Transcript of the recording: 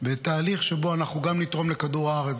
בתהליך שבו אנחנו גם נתרום לכדור הארץ,